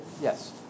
Yes